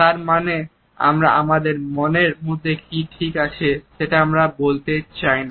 তার মানে আমরা আমাদের মনের মধ্যে ঠিক কি আছে সেটি বলতে চাই না